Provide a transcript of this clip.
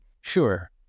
Sure